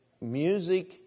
music